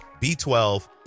B12